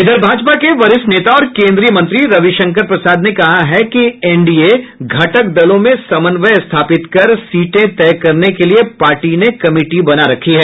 इधर भाजपा के वरिष्ठ नेता और केंद्रीय मंत्री रविशंकर प्रसाद ने कहा है कि एनडीए घटक दलों में समन्वय स्थापित कर सीटें तय करने के लिये पार्टी ने कमिटी बना रखी है